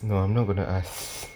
no I'm not gonna ask